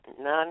none